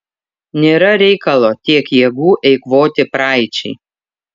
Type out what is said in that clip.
nėra reikalo tiek jėgų eikvoti praeičiai